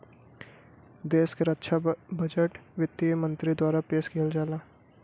देश क रक्षा बजट वित्त मंत्री द्वारा पेश किहल जाला